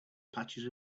patches